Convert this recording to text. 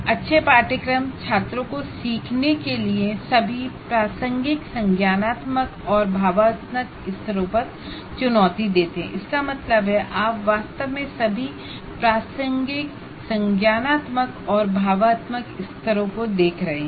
अच्छे कोर्सेस छात्रों को लर्निंग के सभी लेवल कॉग्निटिव और अफेक्टिव लेवल पर चुनौती देते हैं